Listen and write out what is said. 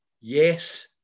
Yes